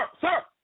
sir